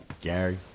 Gary